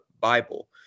bible